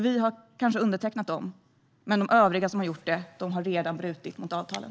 Vi har visserligen undertecknat dem, men de övriga som har undertecknat dem har redan brutit mot avtalen.